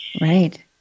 Right